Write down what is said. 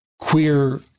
queer